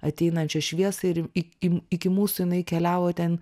ateinančią šviesą ir į į iki mūsų jinai keliavo ten